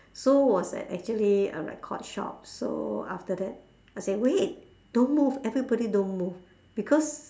so was at actually a record shop so after that I say wait don't move everybody don't move because